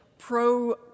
Pro